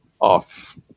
off